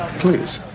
please.